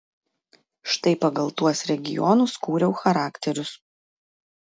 štai pagal tuos regionus kūriau charakterius